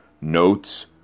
notes